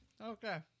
Okay